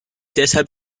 deshalb